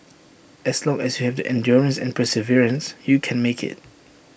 as long as you have the endurance and perseverance you can make IT